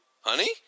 honey